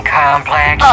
complex